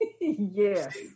Yes